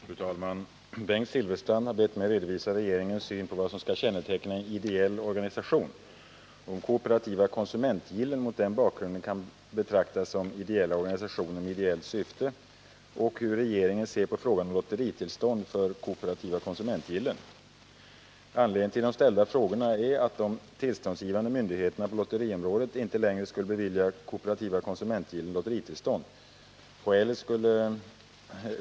Fru talman! Bengt Silfverstrand har bett mig redovisa regeringens syn på vad som skall känneteckna en ideell organisation, om kooperativa konsumentgillen mot den bakgrunden kan betraktas som ideella organisationer med ideellt syfte och hur regeringen ser på frågan om lotteritillstånd för kooperativa konsumentgillen. Anledningen till de ställda frågorna är att de tillståndsgivande myndigheterna på lotteriområdet inte längre skulle bevilja kooperativa konsumentgillen lotteritillstånd.